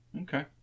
Okay